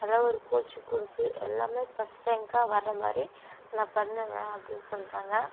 நல்ல ஒரு கோச்சிங் கொடுத்து எல்லாமே ஃபஸ்ட் ரேங்க்காக வர மாதிரி நான் பண்ணுவேன் அப்படின்னு சொல்கிறாங்க